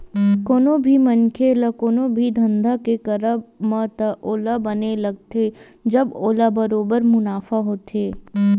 कोनो भी मनखे ल कोनो भी धंधा के करब म तब ओला बने लगथे जब ओला बरोबर मुनाफा होथे